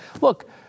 look